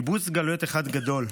קיבוץ גלויות אחד גדול.